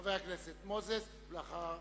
חבר הכנסת מוזס, ואחריו,